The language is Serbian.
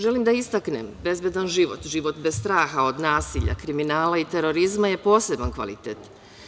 Želim da istaknem da je bezbedan život, život bez straha od nasilja, kriminala i terorizma je poseban kvalitet.